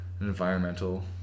environmental